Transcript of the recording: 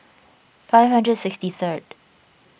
five hundred sixty third